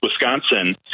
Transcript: Wisconsin